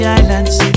islands